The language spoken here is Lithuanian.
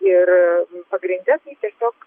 ir pagrinde tai tiesiog